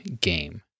game